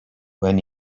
when